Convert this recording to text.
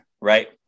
right